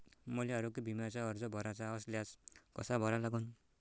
मले आरोग्य बिम्याचा अर्ज भराचा असल्यास कसा भरा लागन?